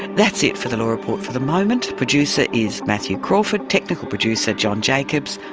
that's it for the law report for the moment. producer is matthew crawford, technical producer john jacobs.